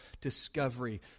discovery